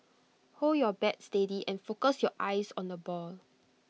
hold your bat steady and focus your eyes on the ball